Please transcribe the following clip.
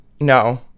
No